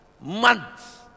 Months